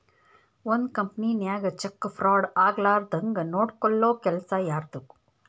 ಒಂದ್ ಕಂಪನಿನ್ಯಾಗ check fraud ಆಗ್ಲಾರ್ದಂಗ್ ನೊಡ್ಕೊಲ್ಲೊ ಕೆಲಸಾ ಯಾರ್ದು?